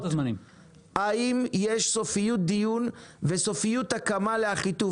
האם יש סופיות דיון וסופיות הקמה לאחיטוב